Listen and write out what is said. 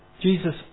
Jesus